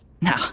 No